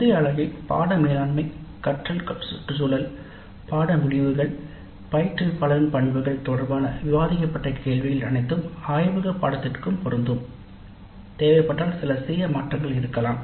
முந்தைய அலகில் பாடநெறி மேலாண்மை கற்றல் சுற்றுச்சூழல் பாடநெறி முடிவுகள் பயிற்றுவிப்பாளரின் பண்புகள் தொடர்பான விவாதிக்கப்பட்ட கேள்விகள் அனைத்தும் ஆய்வக பாடநெறிக்கும் பொருந்தும் தேவைப்பட்டால் சில சிறிய மாற்றங்கள் இருக்கலாம்